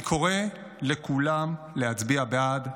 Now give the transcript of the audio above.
אני קורא לכולם להצביע בעד.